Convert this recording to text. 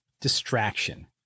distraction